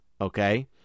okay